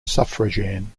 suffragan